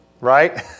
right